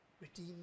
Redeem